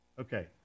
Okay